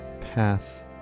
path